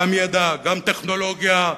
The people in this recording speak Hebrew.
גם ידע, גם טכנולוגיה,